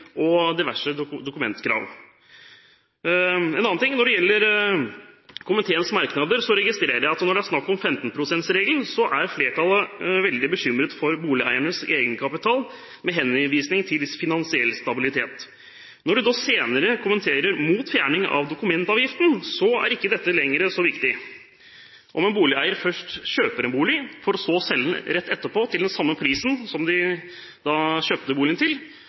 og diverse dokumentkrav. Når det gjelder komiteens merknader, registrerer jeg at når det er snakk om 15 pst.-regelen, er flertallet veldig bekymret for boligeiernes egenkapital, med henvisning til finansiell stabilitet. Når de senere kommenterer fjerning av dokumentavgiften, er ikke dette lenger så viktig. Om en boligeier først kjøper en bolig, for så å selge den rett etterpå til den samme prisen som det personen kjøpte boligen